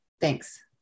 Thanks